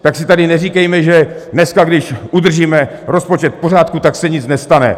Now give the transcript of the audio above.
Tak si tady neříkejme, že dneska, když udržíme rozpočet v pořádku, tak se nic nestane!